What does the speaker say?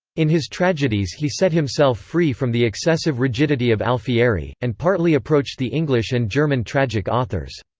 in his tragedies he set himself free from the excessive rigidity of alfieri, and partly approached the english and german tragic authors.